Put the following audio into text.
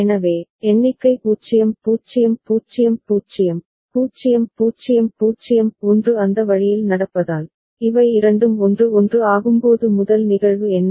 எனவே எண்ணிக்கை 0 0 0 0 0 0 0 1 அந்த வழியில் நடப்பதால் இவை இரண்டும் 1 1 ஆகும்போது முதல் நிகழ்வு என்ன